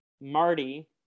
Marty